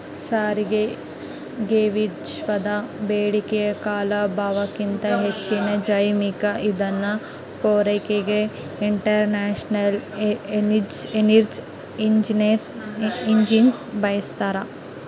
ಸಾರಿಗೆಗೆವಿಶ್ವದ ಬೇಡಿಕೆಯ ಕಾಲುಭಾಗಕ್ಕಿಂತ ಹೆಚ್ಚಿನ ಜೈವಿಕ ಇಂಧನ ಪೂರೈಕೆಗೆ ಇಂಟರ್ನ್ಯಾಷನಲ್ ಎನರ್ಜಿ ಏಜೆನ್ಸಿ ಬಯಸ್ತಾದ